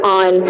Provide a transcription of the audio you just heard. on